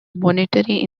monetary